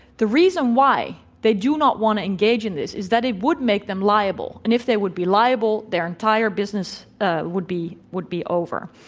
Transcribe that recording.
the reason why they do not want to engage in it is that it would make them liable, and if they would be liable, their entire business ah would be would be over.